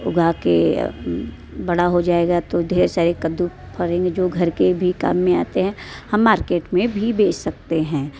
उगा के बड़ा हो जाएगा तो ढेर सारी कद्दू फलेंगे जो घर के भी काम में आते हैं हम मार्केट में भी बेच सकते हैं